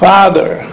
father